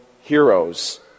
heroes